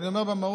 אני אומר במהות,